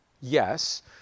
Yes